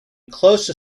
close